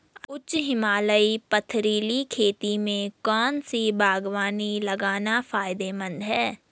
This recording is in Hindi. उच्च हिमालयी पथरीली खेती में कौन सी बागवानी लगाना फायदेमंद है?